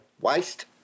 waste